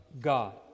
God